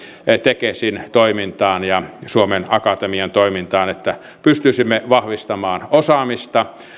tekesin toimintaan ja suomen akatemian toimintaan niin että pystyisimme vahvistamaan osaamista